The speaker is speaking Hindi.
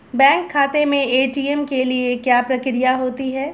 बैंक खाते में ए.टी.एम के लिए क्या प्रक्रिया होती है?